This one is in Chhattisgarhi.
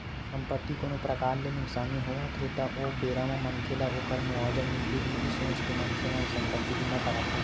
संपत्ति कोनो परकार ले नुकसानी होवत हे ता ओ बेरा म मनखे ल ओखर मुवाजा मिलथे इहीं सोच के मनखे मन संपत्ति बीमा कराथे